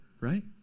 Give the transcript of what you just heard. right